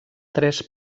tres